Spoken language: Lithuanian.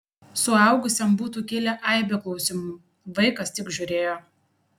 suaugusiam būtų kilę aibė klausimų vaikas tik žiūrėjo